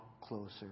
closer